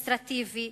אדמיניסטרטיבי,